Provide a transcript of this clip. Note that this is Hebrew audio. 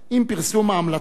עם פרסום ההמלצות